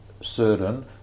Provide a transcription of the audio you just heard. certain